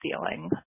ceiling